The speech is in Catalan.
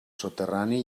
soterrani